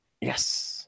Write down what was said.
yes